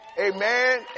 Amen